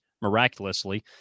miraculously